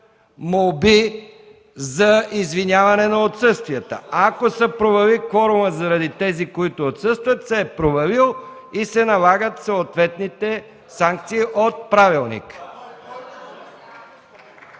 молби за извиняване на отсъствията! Ако се провали кворумът заради тези, които отсъстват, се е провалил и се налагат съответните санкции от правилника.